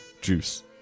juice